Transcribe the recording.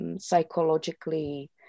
psychologically